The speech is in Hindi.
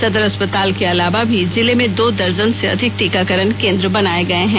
सदर अस्पताल के अलावा भी जिले में दो दर्जन से अधिक टीकाकरण केन्द्र बनाए गए हैं